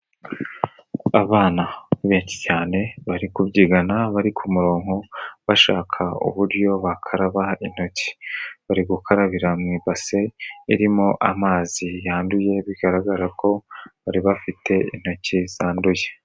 Abana benshi cyane bari kubyigana bari ku muronko bashaka uburyo bakaraba intoki, bari gukarabira mu ibase irimo amazi yanduye bigaragara ko bari bafite intoki zanduye.